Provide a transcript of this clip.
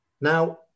Now